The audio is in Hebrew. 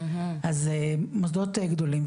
אז מוסדות גדולים,